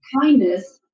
Kindness